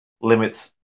limits